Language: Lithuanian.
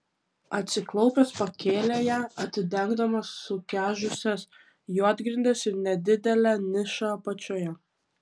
atsiklaupęs pakėlė ją atidengdamas sukežusias juodgrindes ir nedidelę nišą apačioje